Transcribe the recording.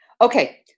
Okay